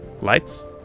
lights